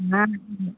हाँ हाँ